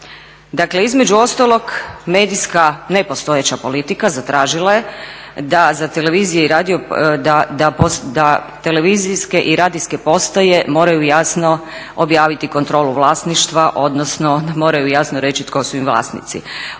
Dakle, između ostalog medijska nepostojeća politika zatražila je da televizijske i radijske postaje moraju jasno objaviti kontrolu vlasništva, odnosno da moraju jasno reći tko su im vlasnici.